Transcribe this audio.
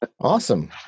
Awesome